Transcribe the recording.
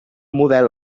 model